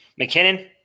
McKinnon